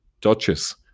duchess